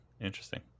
interesting